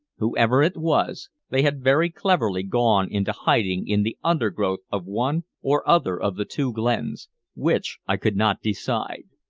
whoever it was they had very cleverly gone into hiding in the undergrowth of one or other of the two glens which i could not decide.